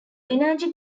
energy